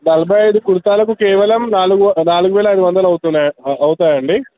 నలభై ఐదు కుర్తాలకు కేవలం నాలుగు నాలుగు వేల ఐదు వందలు అవుతున్నాయి అవుతాయండి